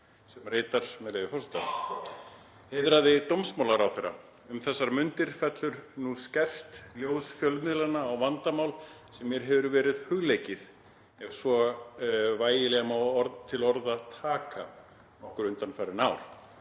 sem ritar, með leyfi forseta: „Heiðraði dómsmálaráðherra! Um þessar mundir fellur skært ljós fjölmiðlanna á vandamál sem mér hefur verið hugleikið, ef svo vægilega má til orða taka, nokkur undanfarin ár.